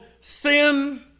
sin